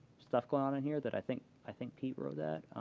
stuff going on in here that i think i think pete wrote that.